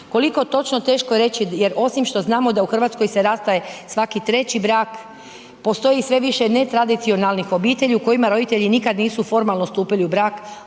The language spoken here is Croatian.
Koliko točno teško je reći jer osim što znamo da u Hrvatskoj se rastaje svaki treći brak postoji sve više ne tradicionalnih obitelji u kojima roditelji nikada nisu formalno stupili u brak